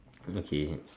okay